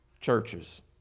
churches